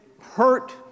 hurt